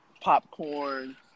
popcorn